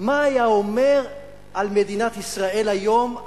מה היה אומר על מדינת ישראל היום,